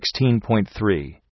16.3